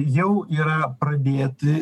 jau yra pradėti